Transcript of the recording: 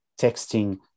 texting